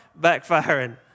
backfiring